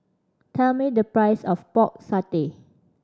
tell me the price of Pork Satay